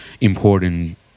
important